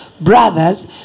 brothers